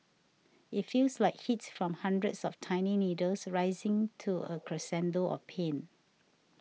it feels like heat from hundreds of tiny needles rising to a crescendo of pain